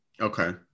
Okay